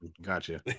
Gotcha